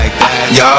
Y'all